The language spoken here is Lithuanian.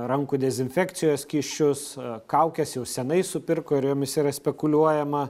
rankų dezinfekcijos skysčius kaukes jau senai supirko ir jomis yra spekuliuojama